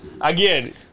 Again